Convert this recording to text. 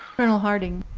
colonel harting.